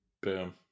Boom